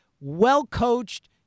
well-coached